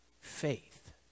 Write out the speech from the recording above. faith